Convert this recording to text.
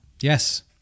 Yes